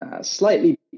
Slightly